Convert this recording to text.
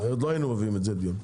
אחרת לא היינו מביאים את זה לדיון.